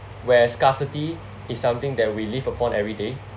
where scarcity is something that we live upon every day